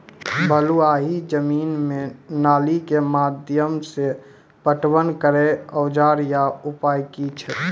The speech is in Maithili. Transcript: बलूआही जमीन मे नाली के माध्यम से पटवन करै औजार या उपाय की छै?